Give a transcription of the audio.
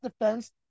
defense